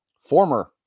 former